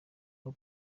aho